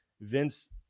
Vince